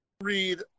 read